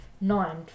Nine